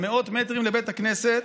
מאות מטרים לבית הכנסת,